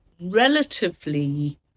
relatively